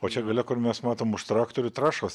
o čia gale kur mes matom už traktorių trąšos